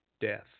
death